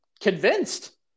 convinced